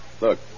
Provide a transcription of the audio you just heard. Look